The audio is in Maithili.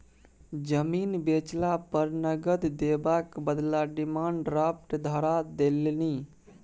जमीन बेचला पर नगद देबाक बदला डिमांड ड्राफ्ट धरा देलनि